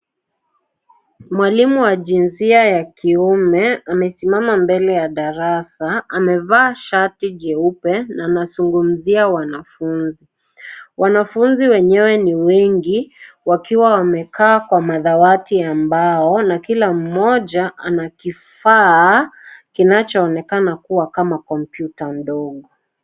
Mwalimu wa jinsia ya kiume amesimama mbele ya darasa, amevaa shati jeupe na azungumzia wanafunzi. Wanafunzi wenyewe ni wengi wakiwa wamekaa kwa madawati ya mbao na kila mmoja ana kifaa kinacho onekana kuwa kama kompyuta ndogo.